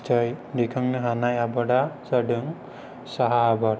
फिथाय दैखांनो हानाय आबादआ जादों साहा आबाद